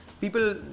people